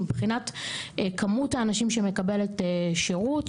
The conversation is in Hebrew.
שמבחינת כמות האנשים שמקבלת שירות,